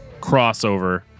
crossover